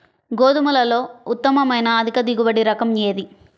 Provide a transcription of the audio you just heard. గోధుమలలో ఉత్తమమైన అధిక దిగుబడి రకం ఏది?